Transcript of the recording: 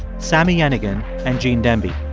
sami yenigun and gene demby